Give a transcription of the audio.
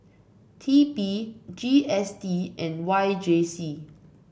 T P G S T and Y J C